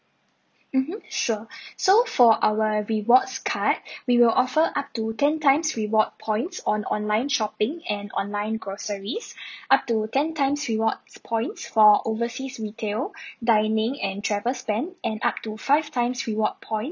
mmhmm sure so for our rewards card we will offer up to ten times reward points on online shopping and online groceries up to ten times rewards points for overseas retail dining and travel spend and up to five times rewards points